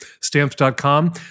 Stamps.com